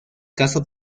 caso